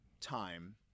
time